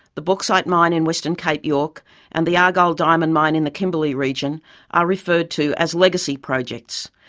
the bauxite mine in western cape york and the argyle diamond mine in the kimberley region are referred to as legacy projects.